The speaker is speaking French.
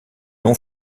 nom